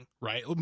right